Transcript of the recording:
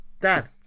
Dan